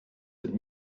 and